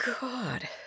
God